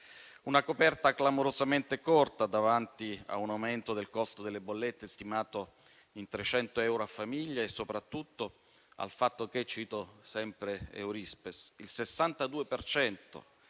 Una coperta clamorosamente corta, davanti a un aumento del costo delle bollette stimato in 300 euro a famiglia e soprattutto al fatto che - cito sempre Eurispes - il 62